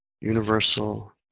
universal